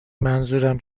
منظورم